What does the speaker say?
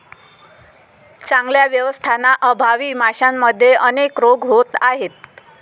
चांगल्या व्यवस्थापनाअभावी माशांमध्ये अनेक रोग होत आहेत